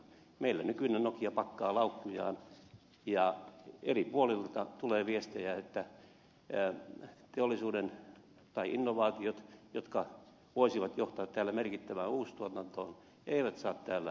meillä nykyinen nokia pakkaa laukkujaan ja eri puolilta tulee viestejä että innovaatiot jotka voisivat johtaa täällä merkittävään uustuotantoon eivät saa täällä rahoitusta